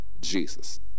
Jesus